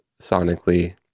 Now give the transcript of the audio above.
sonically